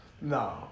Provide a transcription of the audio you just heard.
No